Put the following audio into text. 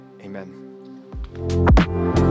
Amen